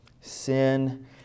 Sin